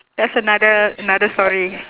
that's another another story